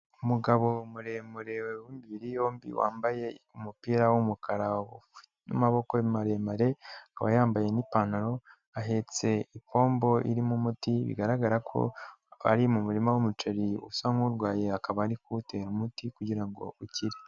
Umugabo muremure w'imibiri yombi wambaye umupira wumukara w'amaboko maremare akaba yambaye nipantaro ahetse ipombo irimo umuti bigaragara ko ari mu muririma wumuceri usa nk'urwaye akaba ari kuwutera umuti kugira ukire.